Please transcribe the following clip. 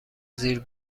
زیر